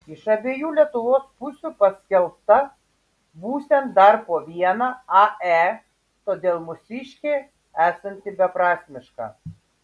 iš abiejų lietuvos pusių paskelbta būsiant dar po vieną ae todėl mūsiškė esanti beprasmiška